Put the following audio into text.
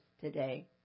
today